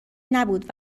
نبود